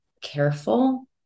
careful